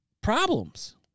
problems